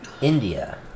India